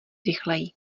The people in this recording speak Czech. rychleji